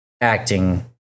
acting